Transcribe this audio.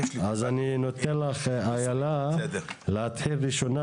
אז אני נותן לך אילה להתחיל ראשונה.